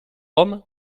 homme